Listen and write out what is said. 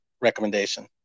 recommendation